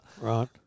Right